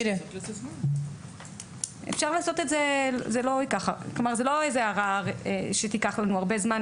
זאת לא הערה שתיקח לנו הרבה זמן.